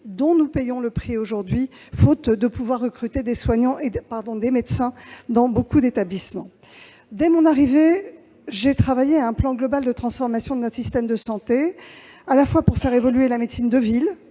Nous en payons le prix aujourd'hui, ne parvenant pas à recruter des médecins dans beaucoup d'établissements. Dès mon arrivée, j'ai travaillé à un plan global de transformation de notre système de santé, à la fois pour faire évoluer la médecine de ville,